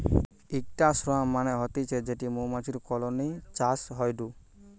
ইকটা সোয়ার্ম মানে হতিছে যেটি মৌমাছির কলোনি চাষ হয়ঢু